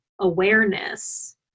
awareness